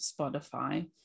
Spotify